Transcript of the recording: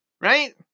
right